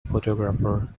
photographer